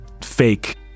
fake